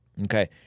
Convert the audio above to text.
okay